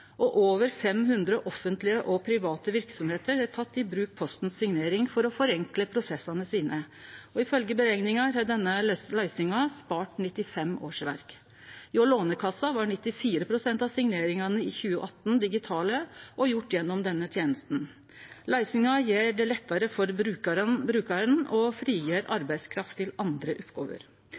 2016. Over 500 offentlege og private verksemder har teke i bruk Postens signering for å forenkle prosessane sine, og ifølge berekningar har denne løysinga spart 95 årsverk. Hjå Lånekassa var 94 pst. av signeringane i 2018 digitale og gjorde gjennom denne tenesta. Løysinga gjer det lettare for brukaren og frigjer arbeidskraft til andre oppgåver.